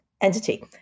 entity